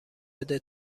بده